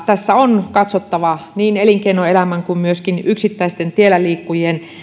tässä on katsottava niin elinkeinoelämän kuin myöskin yksittäisten tielläliikkujien